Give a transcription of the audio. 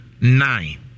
nine